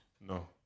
No